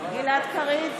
גלעד קריב,